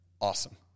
awesome